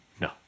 No